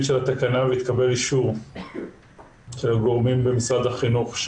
שלה והתקבל אישור של הגורמים במשרד החינוך.